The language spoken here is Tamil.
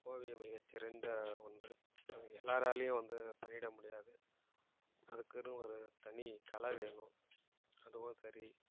ஓவியம் மிகச்சிறந்த ஒன்று அது எல்லாராலையும் வந்து பண்ணிட முடியாது அதுக்குன்னு ஒரு தனி கலை வேணும் அதுவும் சரி